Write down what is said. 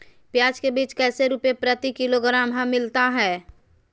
प्याज के बीज कैसे रुपए प्रति किलोग्राम हमिलता हैं?